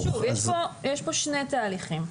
יש כאן שני תהליכים.